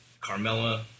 Carmella